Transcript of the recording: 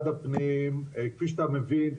כפי שאתה מבין,